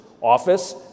office